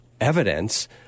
evidence